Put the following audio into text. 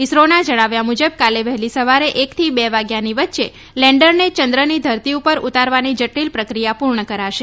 ઇસરોના જણાવ્યા મુજબ કાલે વહેલી સવારે એકથી બે વાગ્યાની વચ્ચે લેન્ડરને ચંદ્રની ધરતી પર ઉતારવાની જટિલ પ્રક્રિયા પૂરી કરાશે